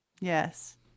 Yes